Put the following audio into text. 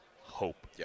hope